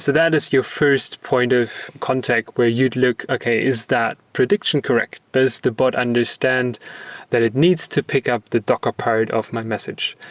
so that is your first point of contact where you'd look, okay, is that prediction correct? does the bot understand that it needs to pick up the docker part of my message?